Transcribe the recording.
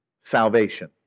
salvation